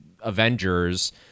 Avengers